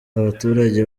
abaturage